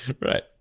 Right